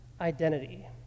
identity